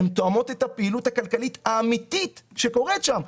הן תואמות את הפעילות הכלכלית האמיתית שקורית שם.